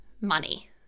money